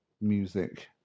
music